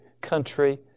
country